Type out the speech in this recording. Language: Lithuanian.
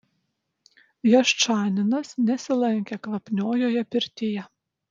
jaščaninas nesilankė kvapniojoje pirtyje